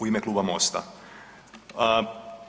u ime Kluba MOST-a.